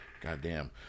Goddamn